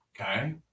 Okay